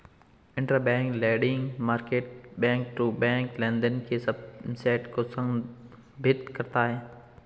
interbank lending market back to back लेनदेन के subset को संदर्भित करता है